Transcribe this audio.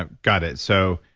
ah got it. so,